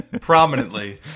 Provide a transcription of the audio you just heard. prominently